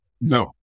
No